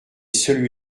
celui